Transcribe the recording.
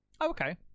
Okay